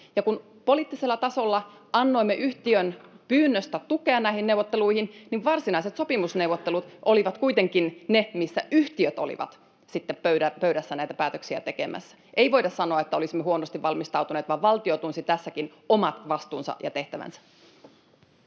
Vaikka poliittisella tasolla annoimme yhtiön pyynnöstä tukea näihin neuvotteluihin, niin varsinaiset sopimusneuvottelut olivat kuitenkin ne, missä yhtiöt olivat sitten pöydässä näitä päätöksiä tekemässä. Ei voida sanoa, että olisimme huonosti valmistautuneet, vaan valtio tunsi tässäkin omat vastuunsa ja tehtävänsä.